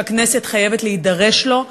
שהכנסת חייבת להידרש לו.